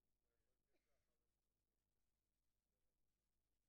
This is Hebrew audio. בבקשה, חבר הכנסת ג'מאל זחאלקה.